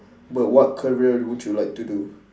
but what career would you like to do